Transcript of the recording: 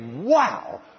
wow